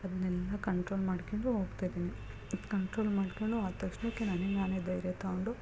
ಅದನ್ನೆಲ್ಲ ಕಂಟ್ರೋಲ್ ಮಾಡ್ಕೊಂಡು ಹೋಗ್ತಾ ಇದೀನಿ ಕಂಟ್ರೋಲ್ ಮಾಡಿಕೊಂಡು ಆ ತಕ್ಷಣಕ್ಕೆ ನನಗೆ ನಾನೇ ಧೈರ್ಯ ತೊಗೊಂಡು